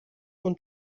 und